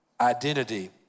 identity